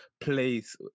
place